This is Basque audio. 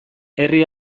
herri